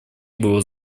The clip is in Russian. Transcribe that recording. было